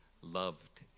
loved